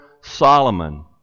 Solomon